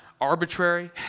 arbitrary